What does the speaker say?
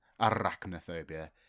Arachnophobia